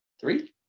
three